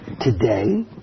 Today